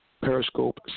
Periscope